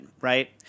right